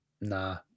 Nah